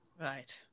right